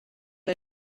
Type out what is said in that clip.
der